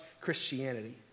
Christianity